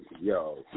Yo